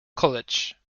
college